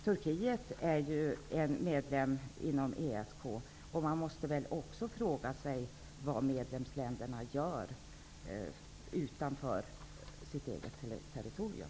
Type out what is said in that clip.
Turkiet är ju medlem av ESK, och man måste väl också fråga sig vad medlemsländerna gör utanför sitt eget territorium.